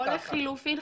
או לחילופין,